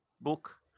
book